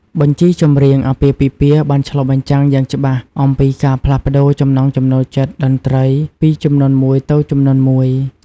បញ្ជីចម្រៀងអាពាហ៍ពិពាហ៍បានឆ្លុះបញ្ចាំងយ៉ាងច្បាស់អំពីការផ្លាស់ប្តូរចំណង់ចំណូលចិត្តតន្ត្រីពីជំនាន់មួយទៅជំនាន់មួយ។